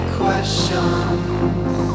questions